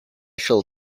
shall